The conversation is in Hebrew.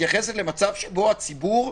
מתייחסת למצב שבו הציבור,